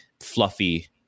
fluffy